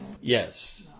Yes